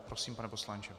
Prosím, pane poslanče.